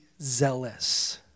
zealous